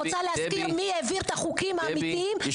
אני רוצה להזכיר מי העביר את החוקים האמיתיים.